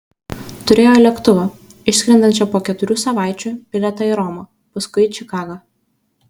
turėjo lėktuvo išskrendančio po keturių savaičių bilietą į romą paskui į čikagą